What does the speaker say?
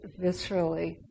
viscerally